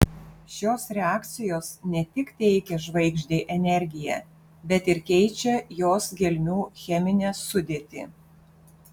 šios reakcijos ne tik teikia žvaigždei energiją bet ir keičia jos gelmių cheminę sudėtį